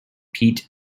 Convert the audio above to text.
pete